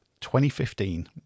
2015